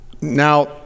Now